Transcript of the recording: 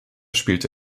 spielte